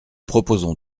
proposons